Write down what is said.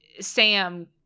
sam